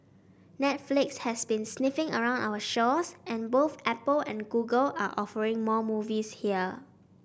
Netflix has been sniffing around our shores and both Apple and Google are offering more movies here